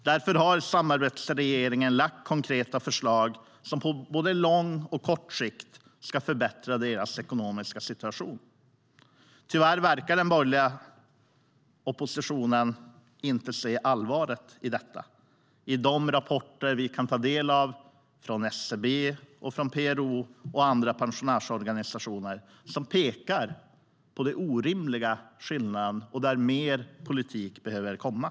Därför har samarbetsregeringen lagt fram konkreta förslag som på både lång och kort sikt ska förbättra deras ekonomiska situation. Tyvärr verkar den borgerliga oppositionen inte se allvaret i detta. De rapporter som vi kan ta del av från SCB, från PRO och andra pensionärsorganisationer pekar på den orimliga skillnaden och på att mer politik behöver komma.